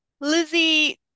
Lizzie